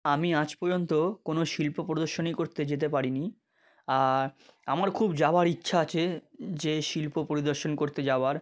আমি আজ পর্যন্ত কোনো শিল্প পরিদর্শনই করতে যেতে পারিনি আর আমার খুব যাওয়ার ইচ্ছা আছে যে শিল্প পরিদর্শন করতে যাওয়ার